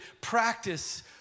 practice